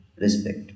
respect